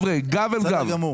גב אל גב.